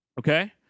Okay